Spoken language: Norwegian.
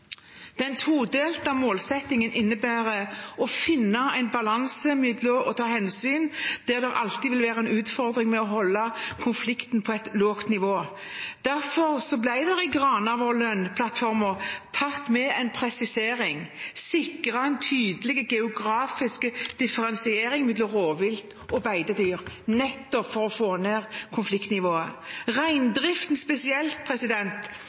Den todelte målsettingen innebærer å finne en balanse mellom to hensyn der det alltid vil være en utfordring å holde konflikten på et lavt nivå. Derfor ble det i Granavolden-plattformen tatt med en presisering om å «sikre en tydelig geografisk differensiering mellom rovvilt og beitedyr», nettopp for å få ned konfliktnivået. Spesielt